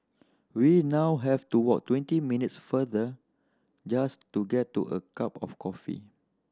we now have to walk twenty minutes further just to get to a cup of coffee